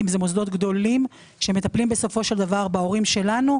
שאלה מוסדות גדולים שמטפלים בהורים שלנו,